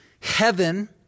heaven